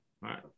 right